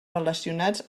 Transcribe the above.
relacionats